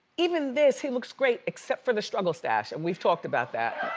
even this, he looks great except for the struggle stash. and we've talked about that.